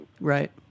Right